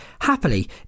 happily